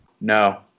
No